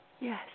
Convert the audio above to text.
Yes